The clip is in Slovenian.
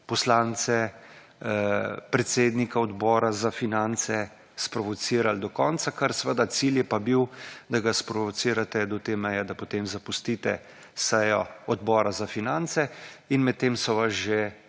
poslance, predsednika Odbora za finance sprovocirali do konca, kar seveda cilj je pa bil, da ga sprovocirate do te meje, da potem zapustite sejo Odbora za finance in med tem so vas že